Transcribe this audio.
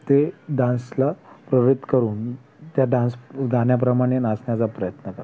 ते डान्सला प्रेरित करून त्या डान्स गाण्याप्रमाणे नाचण्याचा प्रयत्न करतात